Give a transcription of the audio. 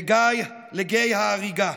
לגיא ההרגה: